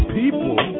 people